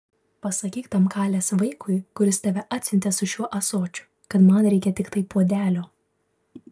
pasakyk tam kalės vaikui kuris tave atsiuntė su šiuo ąsočiu kad man reikia tiktai puodelio